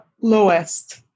lowest